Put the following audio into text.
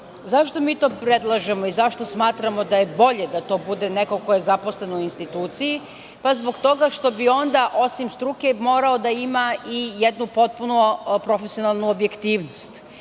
mi to predlažemo i zašto smatramo da je bolje da to bude neko ko je zaposlen u instituciji? Zbog toga što bi onda, osim struke, morao da ima i jednu potpuno profesionalnu objektivnost